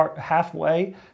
halfway